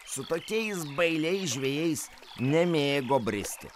su tokiais bailiais žvejais nemėgo bristi